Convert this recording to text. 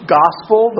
gospel